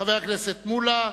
חבר הכנסת מולה,